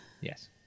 Yes